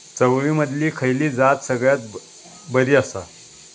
चवळीमधली खयली जात सगळ्यात बरी आसा?